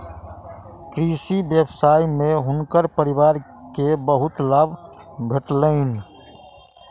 कृषि व्यवसाय में हुनकर परिवार के बहुत लाभ भेटलैन